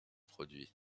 produit